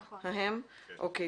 אוקיי.